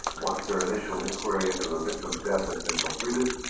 once their initial inquiry into the victim's death has been completed,